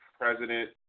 president